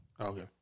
Okay